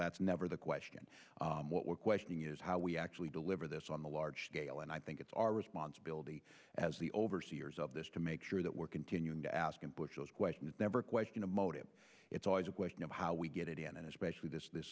that's never the question what we're questioning is how we actually deliver this on the large scale and i think it's our responsibility as the overseers of this to make sure that we're continuing to ask and bushels question is never a question of motive it's always a question of how we get it in and especially this this